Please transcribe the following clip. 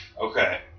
Okay